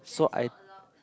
so I